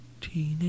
Teenage